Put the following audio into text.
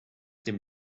dem